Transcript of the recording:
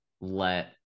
let